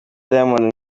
diamond